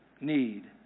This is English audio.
need